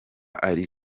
ari